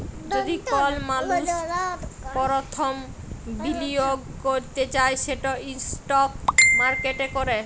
যদি কল মালুস পরথম বিলিয়গ ক্যরতে চায় সেট ইস্টক মার্কেটে ক্যরে